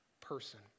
person